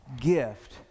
gift